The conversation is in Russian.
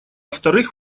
вторых